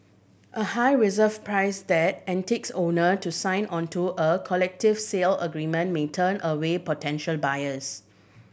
a high reserve price that owner to sign onto a collective sale agreement may turn away potential buyers